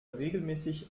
regelmäßig